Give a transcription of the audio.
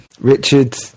Richard